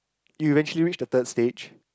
eventually reach the third stage